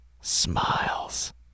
smiles